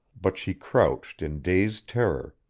but she crouched in dazed terror,